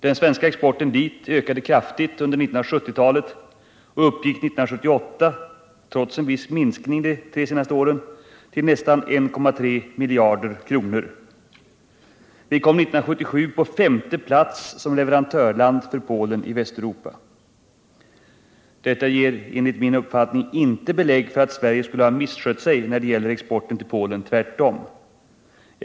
Den svenska exporten dit ökade kraftigt under 1970-talet och uppgick 1978, trots en viss minskning de tre senaste åren, till nästan 1,3 miljarder kronor. Sverige kom 1977 på femte plats i Västeuropa som leverantörland för Polen. Detta ger enligt min uppfattning inte belägg för att Sverige skulle ha misskött sig när det gäller exporten till Polen — tvärtom.